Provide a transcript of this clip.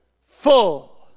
full